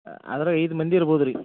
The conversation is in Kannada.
ಅದ್ರಾಗ ಐದು ಮಂದಿ ಇರ್ಬೋದ್ರಿ